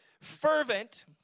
fervent